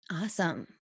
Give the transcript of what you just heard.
Awesome